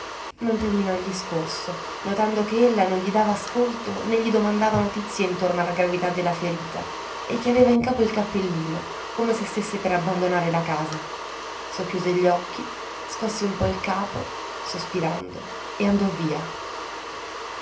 non terminò il discorso notando che ella non gli dava ascolto né gli domandava notizie intorno alla gravità della ferita e che aveva in capo il cappellino come se stesse per abbandonare la casa socchiuse gli occhi scosse un po il capo sospirando e andò via